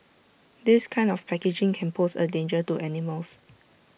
this kind of packaging can pose A danger to animals